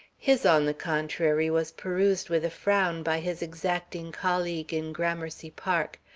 his, on the contrary, was perused with a frown by his exacting colleague in gramercy park.